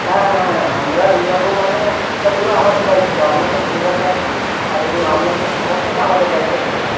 হ্যাঁ হ্যাঁ হ্যাঁ আমরা নিয়ে যাবো মানে সেটা পুরো আমাদের দায়িত্ব আমনাদের ঘিরে রাখার আর এবং আমনাদের সমস্তটা আমাদের দায়িত্ব থাকবে